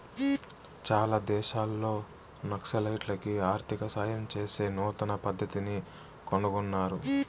చాలా దేశాల్లో నక్సలైట్లకి ఆర్థిక సాయం చేసే నూతన పద్దతిని కనుగొన్నారు